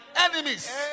enemies